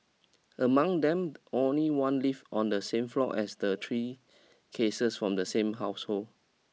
among them only one lived on the same floor as the three cases from the same household